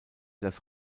das